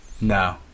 No